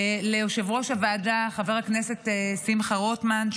ליושב-ראש הוועדה חבר הכנסת שמחה רוטמן,